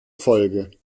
folge